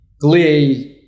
Glee